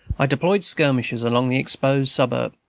i deployed skirmishers along the exposed suburb,